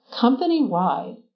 Company-wide